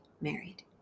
married